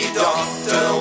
doctor